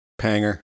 Panger